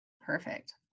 Perfect